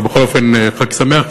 אבל בכל אופן חג שמח,